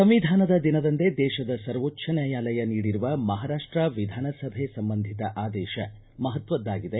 ಸಂವಿಧಾನದ ದಿನದಂದೇ ದೇಶದ ಸರ್ವೋಚ್ವ ನ್ಯಾಯಾಲಯ ನೀಡಿರುವ ಮಹಾರಾಷ್ಟ ವಿಧಾನಸಭೆ ಸಂಬಂಧಿತ ಆದೇಶ ಮಹತ್ವದ್ದಾಗಿದೆ